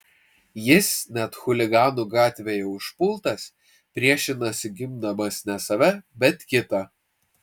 jis net chuliganų gatvėje užpultas priešinasi gindamas ne save bet kitą